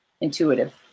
intuitive